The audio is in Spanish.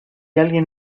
alguien